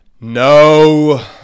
No